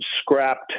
scrapped